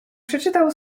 przeczytał